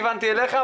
ליגלייז,